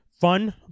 fun